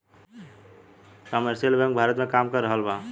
commercial bank Bharat में काम कर रहल बा